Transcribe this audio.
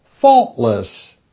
faultless